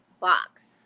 box